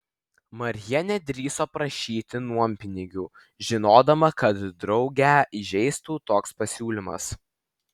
marija nedrįso prašyti nuompinigių žinodama kad draugę įžeistų toks pasiūlymas